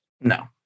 No